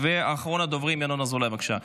אחרון הדוברים, ינון אזולאי, בבקשה.